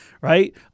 right